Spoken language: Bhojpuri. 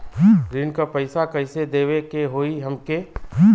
ऋण का पैसा कइसे देवे के होई हमके?